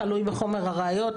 תלוי בחומר הראיות,